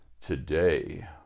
today